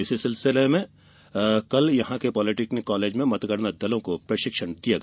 इसी सिलसिले में आज यहां के पॉलिटेक्निक कॉलेज में मतगणना दलों को प्रशिक्षण दिया गया